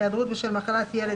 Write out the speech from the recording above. היעדרות בשל מחלת ילד,